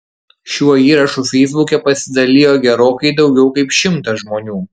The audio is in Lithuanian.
šiuo įrašu feisbuke pasidalijo gerokai daugiau kaip šimtas žmonių